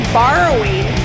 borrowing